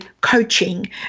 coaching